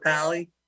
Pally